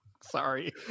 Sorry